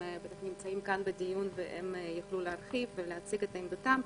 הם בטח נמצאים כאן בדיון והם יוכלו להרחיב ולהציג את עמדתם.